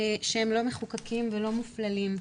שהם לא מחוקקים ולא מופללים,